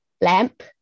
lamp